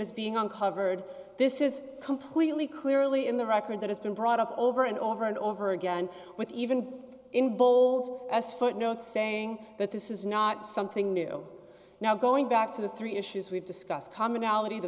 is being uncovered this is completely clearly in the record that has been brought up over and over and over again with even in bold as footnotes saying that this is not something new now going back to the three issues we've discussed commonality the